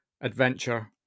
adventure